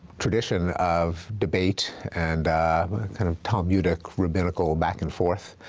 tradition of debate and kind of tom mudik rabbinical back and forth